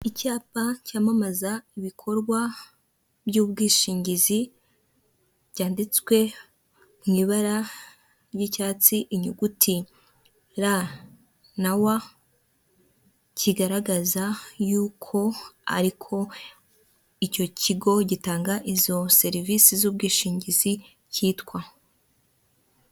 Icyapa cyamamaza ibikorwa by'ubwishingizi byanditswe mu ibara ry'icyatsi inyuguti r na wa kigaragaza yuko ariko icyo kigo gitanga izo serivisi z'ubwishingizi cyitwa.